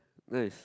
nice